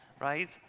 right